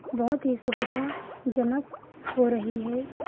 बहुत ही सुविधा जनक हो रही है